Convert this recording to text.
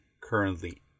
currently